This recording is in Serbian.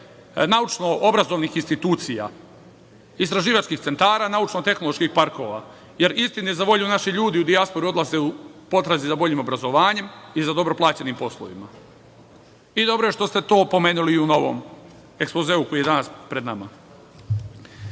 naučno-obrazovnih institucija, istraživačkih centara, naučno-tehnoloških parkova, jer istini za volju, naši ljudi u dijasporu odlaze u potrazi za boljim obrazovanjem i za dobro plaćenim poslovima. Dobro je to što ste pomenuli i u novom ekspozeu koji je danas pred